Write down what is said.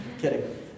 Kidding